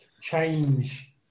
change